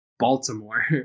Baltimore